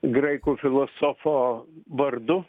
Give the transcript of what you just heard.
graikų filosofo vardu